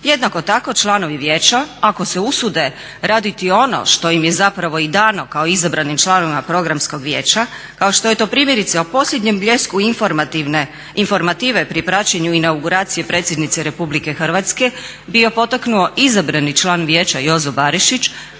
Jednako tako članovi vijeća ako se usude raditi ono što im je zapravo i dano kao izabranim članovima Programskog vijeća, kao što je to primjerice o posljednjem bljesku informative pri praćenju inauguracije predsjednice Republike Hrvatske bio potaknuo izabrani član vijeća Jozo Barišić,